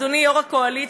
אדוני יו"ר הקואליציה,